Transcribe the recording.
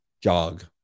jog